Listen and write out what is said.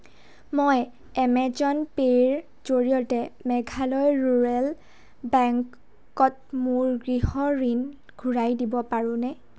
মই এমেজন পে'ৰ জড়িয়তে মেঘালয় ৰুৰেল বেংকত মোৰ গৃহ ঋণ ঘুৰাই দিব পাৰোনে